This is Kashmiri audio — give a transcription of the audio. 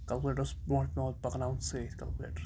کَلکُلیٹَر اوس برٛونٛٹھ پٮ۪وان پَکناوُن سۭتۍ کَلکُلیٹَر